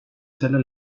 selle